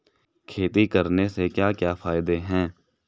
खेती करने से क्या क्या फायदे हैं?